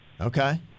Okay